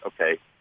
okay